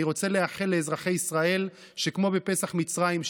אני רוצה לאחל לאזרחי ישראל שכמו בפסח במצרים,